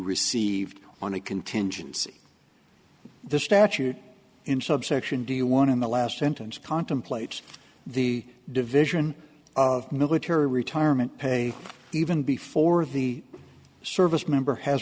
received on a contingency the statute in subsection do you want in the last sentence contemplates the division of military retirement pay even before the service member has